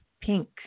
pink